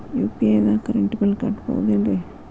UPI ದಾಗ current bill ಕಟ್ಟಬಹುದೇನ್ರಿ?